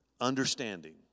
understanding